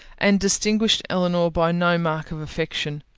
and distinguished elinor by no mark of affection.